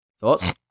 Thoughts